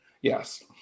Yes